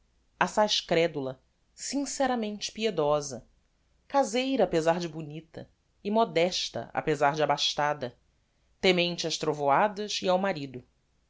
coração assaz credula sinceramente piedosa caseira apezar de bonita e modesta apezar de abastada temente ás trovoadas e ao marido